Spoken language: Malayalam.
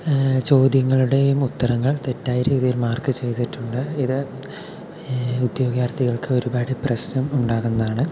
ചോദ്യങ്ങളുടെയും ഉത്തരങ്ങൾ തെറ്റായ രീതിയിൽ മാർക്ക് ചെയ്തിട്ടുണ്ട് ഇത് ഉദ്യോഗാർത്ഥികൾക്ക് ഒരുപാട് പ്രശ്നം ഉണ്ടാകുന്നതാണ്